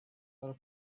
are